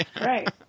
Right